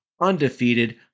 undefeated